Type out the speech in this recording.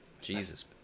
Jesus